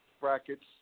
brackets